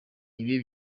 ibi